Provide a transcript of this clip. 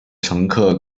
乘客